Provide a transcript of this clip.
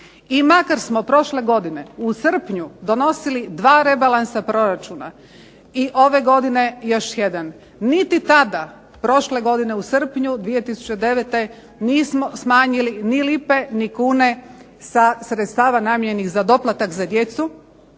i makar smo prošle godine u srpnju donosili dva rebalansa proračuna i ove godine još jedan, niti tada, prošle godine u srpnju 2009. nismo smanjili ni lipe ni kune sa sredstava namijenjenih za doplatak za djecu